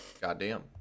goddamn